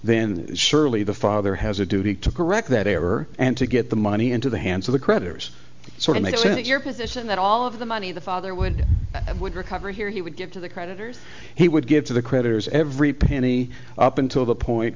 then surely the father has a duty to correct that error and to get the money into the hands of the creditors sort of makes it your position that all of the money the father would have would recover here he would give to the creditors he would give to the creditors every penny up until the point